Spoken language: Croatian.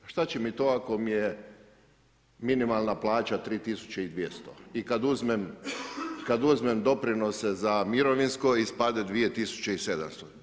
Šta će mi to ako mi je minimalna plaća 3200 i kada uzmem doprinose za mirovinsko ispadne 2700.